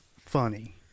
funny